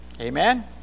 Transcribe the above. Amen